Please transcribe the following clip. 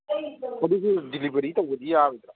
ꯑꯗꯨꯁꯨ ꯗꯤꯂꯤꯕꯔꯤ ꯇꯧꯕꯗꯤ ꯌꯥꯔꯣꯏꯗ꯭ꯔꯣ